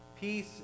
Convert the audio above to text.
Peace